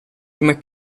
come